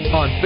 on